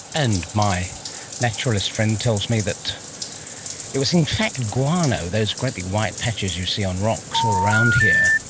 and my naturalist friend tells me that it was in fact guano, those great big white patches you see on rocks all around here